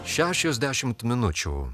šešiasdešimt dešimt minučių